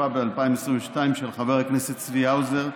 התשפ"ב 2022, של חבר הכנסת צבי האוזר,